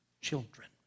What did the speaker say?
children